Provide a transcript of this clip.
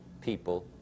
people